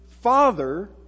father